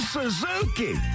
Suzuki